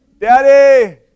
Daddy